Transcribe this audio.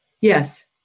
Yes